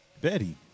Betty